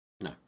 No